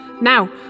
Now